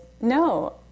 No